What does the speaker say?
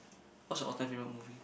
what's your all time favourite movie